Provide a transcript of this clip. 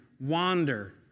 wander